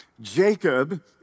Jacob